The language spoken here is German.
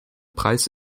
preis